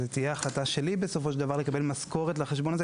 בסופו של דבר זאת תהיה החלטה שלי לקבל משכורת לחשבון הזה.